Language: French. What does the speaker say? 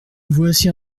voici